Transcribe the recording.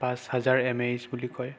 বা charger N H বুলি কয়